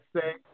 say